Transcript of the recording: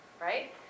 Right